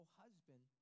husband